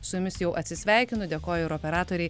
su jumis jau atsisveikinu dėkoju ir operatorei